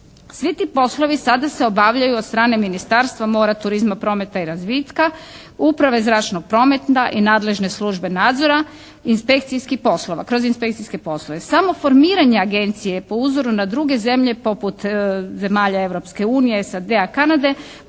Svi ti poslovi sada se obavljaju od strane Ministarstva mora, turizma, prometa i razvitka, Uprave zračnog prometa i nadležne službe nadzora, inspekcijskih poslova. Kroz inspekcijske poslove. Samo formiranje agencije po uzoru na druge zemlje poput zemalja Europske unije,